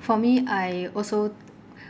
for me I also